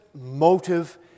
motive